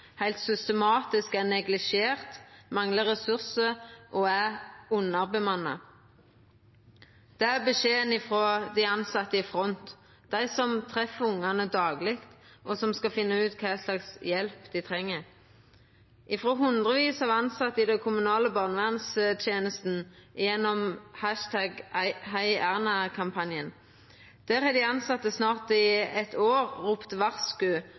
heilt systematisk er neglisjert, manglar ressursar og er underbemanna. Det er beskjeden frå dei tilsette i front, dei som treffer ungane dagleg, og som skal finna ut kva hjelp dei treng. Hundrevis av tilsette i den kommunale barnevernstenesta har gjennom heierna-kampanjen i snart eitt år ropt varsku om at dei